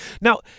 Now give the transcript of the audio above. Now